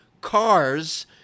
cars